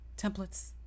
templates